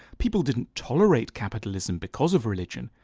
people didn't tolerate capitalism because of religion.